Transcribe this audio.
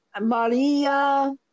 Maria